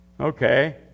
Okay